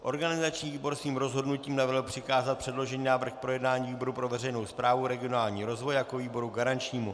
Organizační výbor svým rozhodnutím navrhl přikázat předložený návrh k projednání výboru pro veřejnou správu a regionální rozvoj jako výboru garančnímu.